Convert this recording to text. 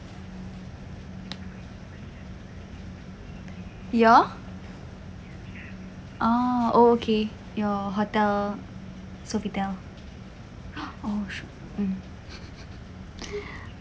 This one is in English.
your oh oo okay your hotel sofitel oh sh mm